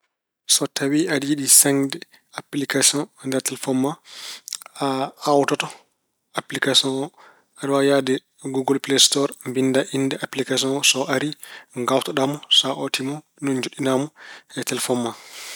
So tawi aɗa ceŋde appilikasoŋ e telefoŋ ma, a aawtoto appilikasoŋ oo. Aɗa waawi yahde Guugol Peleyi Stoor to, mbinndaa innde appilikasoŋ oo. So arii, ngaawtoɗaama. Sa aawtiima, ni wona joɗɗinaa mo e telefoŋ ma.